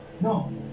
No